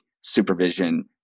supervision